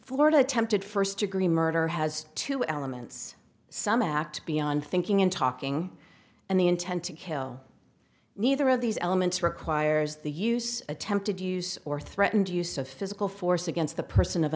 florida attempted first degree murder has two elements some act beyond thinking in talking and the intent to kill neither of these elements requires the use attempted use or threatened use of physical force against the person of